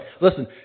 Listen